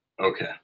Okay